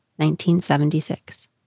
1976